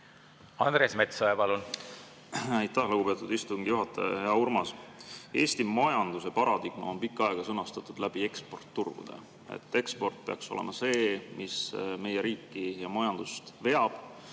Andres Metsoja, palun! Aitäh, lugupeetud istungi juhataja! Hea Urmas! Eesti majanduse paradigma on pikka aega [tuginenud] eksportturgudele. Eksport peaks olema see, mis meie riiki ja majandust veab.